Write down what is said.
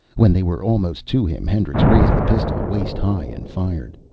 when they were almost to him, hendricks raised the pistol waist high and fired.